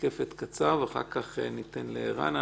ואחר כך ניתן לערן.